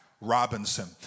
Robinson